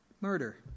murder